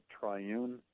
triune